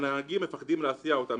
הנהגים מפחדים להסיע אותם.